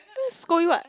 scold you what